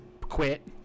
quit